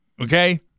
okay